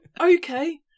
Okay